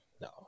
No